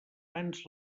mans